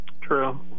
True